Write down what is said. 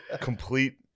complete